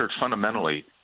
fundamentally